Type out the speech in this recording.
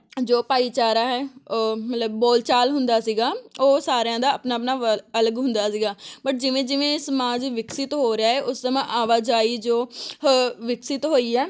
ਜੋ ਭਾਈਚਾਰਾ ਹੈ ਮਤਲਬ ਬੋਲਚਾਲ ਹੁੰਦਾ ਸੀਗਾ ਉਹ ਸਾਰਿਆਂ ਦਾ ਆਪਣਾ ਆਪਣਾ ਵ ਅਲਗ ਹੁੰਦਾ ਸੀਗਾ ਬਟ ਜਿਵੇਂ ਜਿਵੇਂ ਸਮਾਜ ਵਿਕਸਿਤ ਹੋ ਰਿਹਾ ਹੈ ਉਸ ਸਮਾਂ ਆਵਾਜਾਈ ਜੋ ਵਿਕਸਿਤ ਹੋਈ ਆ